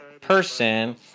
person